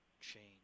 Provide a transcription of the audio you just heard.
change